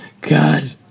God